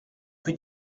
que